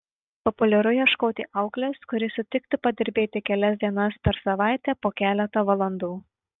populiaru ieškoti auklės kuri sutiktų padirbėti kelias dienas per savaitę po keletą valandų